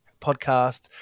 podcast